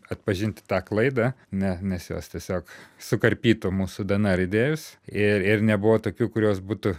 atpažinti tą klaidą ne nes jos tiesiog sukarpytų mūsų dnr įdėjus ir ir nebuvo tokių kurios būtų